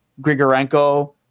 Grigorenko